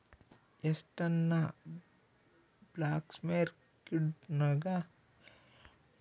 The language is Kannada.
ಎಷ್ಟನ ಬ್ಲಾಕ್ಮಾರ್ಕೆಟ್ಗುಳುನ್ನ ನಿಂದಿರ್ಸಿದ್ರು ಅಷ್ಟೇ ಇನವಂದ್ ಕಡಿಗೆ ತೆರಕಂಬ್ತಾವ, ಇದುನ್ನ ಪೂರ್ತಿ ಬಂದ್ ಮಾಡೋದು ಕಷ್ಟ